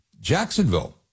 Jacksonville